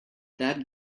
that